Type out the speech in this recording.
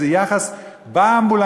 ואיזה יחס באמבולנס,